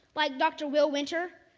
like dr. will winter,